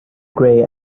grey